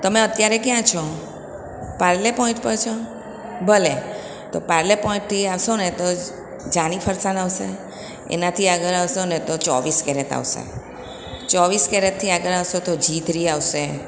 તમે અત્યારે કયાં છો પાર્લે પોઈન્ટ પર છો ભલે તો પાર્લે પોઈન્ટથી આવશો ને તો જાની ફરસાન આવશે એનાથી આગળ આવશો ને તો ચોવીસ કેરેત આવશે ચોવીસ કેરેટથી આગળ આવશો તો જીથ્રી આવશે